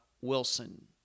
Wilson